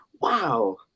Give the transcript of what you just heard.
Wow